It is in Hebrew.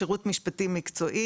שירות משפטי מקצועי,